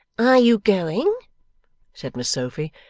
are you going said miss sophy,